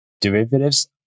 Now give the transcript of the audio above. Derivatives